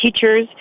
teachers